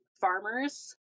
farmers